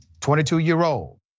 22-year-old